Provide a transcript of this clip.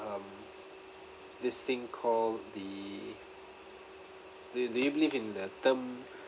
um this thing called the do you do you believe in the term